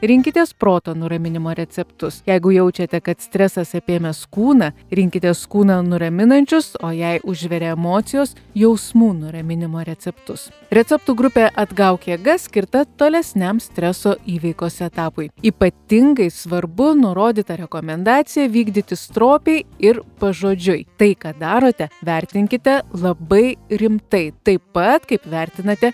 rinkitės proto nuraminimo receptus jeigu jaučiate kad stresas apėmęs kūną rinkitės kūną nuraminančius o jei užvirė emocijos jausmų nuraminimo receptus receptų grupė atgauk jėgas skirta tolesniam streso įveikos etapui ypatingai svarbu nurodytą rekomendaciją vykdyti stropiai ir pažodžiui tai ką darote vertinkite labai rimtai taip pat kaip vertinate